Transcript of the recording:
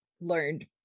learned